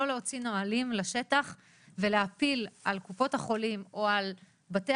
להוציא נהלים לשטח ולהפיל על קופות החולים או על בתי